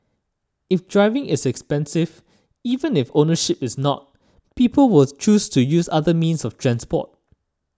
if driving is expensive even if ownership is not people will choose to use other means of transport